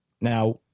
Now